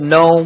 no